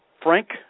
frank